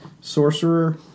sorcerer